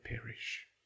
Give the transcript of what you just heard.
perish